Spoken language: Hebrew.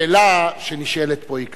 השאלה שנשאלת פה היא כזאת: